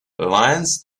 lyons